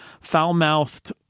foul-mouthed